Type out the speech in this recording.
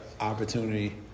opportunity